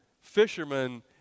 fisherman